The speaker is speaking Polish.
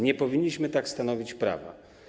Nie powinniśmy tak stanowić prawa.